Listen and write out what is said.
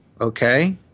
okay